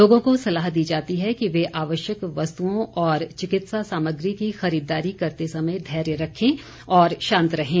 लोगों को सलाह दी जाती है कि वे आवश्यक वस्तुओं और चिकित्सा सामग्री की खरीददारी करते समय धैर्य रखें और शांत रहें